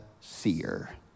seer